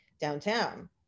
downtown